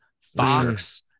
Fox